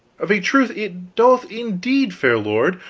of a truth it doth indeed, fair lord,